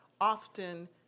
often